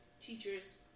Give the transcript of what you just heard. teachers